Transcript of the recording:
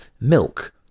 milk